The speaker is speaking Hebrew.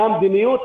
מה המדיניות?